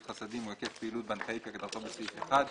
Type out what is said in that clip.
חסדים הוא היקף פעילות בנקאי כהגדרתו בסעיף 1,